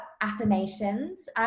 affirmations